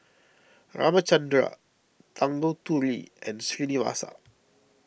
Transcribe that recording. Ramchundra Tanguturi and Srinivasa